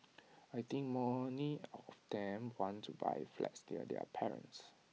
I think many of them want to buy flats near their parents